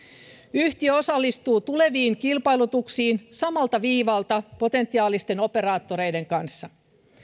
yhtiö osallistuu tuleviin kilpailutuksiin samalta viivalta muiden potentiaalisten operaattoreiden kanssa